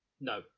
No